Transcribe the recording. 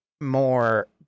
more